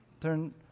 Turn